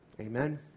Amen